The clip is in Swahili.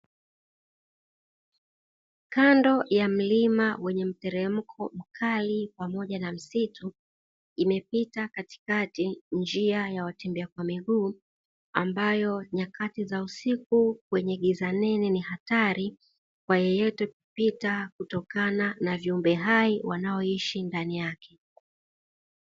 Kando ya mlima wenye mteremko mkali pamoja na msitu, imepita katikati njia ya watembea kwa miguu ambayo nyakati za usiku kwenye giza nene ni hatari kwa yeyote kupita kutokana na viumbe hai wanaoishi ndani yake.